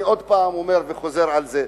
אני עוד פעם אומר וחוזר על זה,